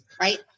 Right